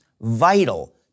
vital